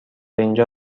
اینجا